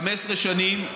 15 שנים,